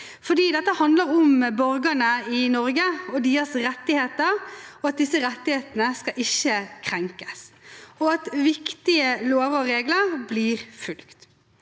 Dette handler om borgerne i Norge og deres rettigheter, at disse rettighetene ikke skal krenkes, og at viktige lover og regler blir fulgt.